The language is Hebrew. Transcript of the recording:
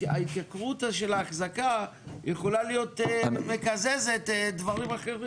ההתייקרות של האחזקה יכולה להיות מקזזת דברים אחרים.